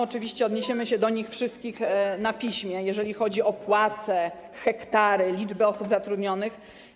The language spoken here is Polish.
Oczywiście odniesiemy się do nich wszystkich na piśmie, jeżeli chodzi o płace, hektary, liczbę osób zatrudnionych.